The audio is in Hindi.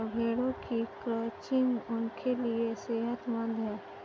भेड़ों की क्रचिंग उनके लिए सेहतमंद है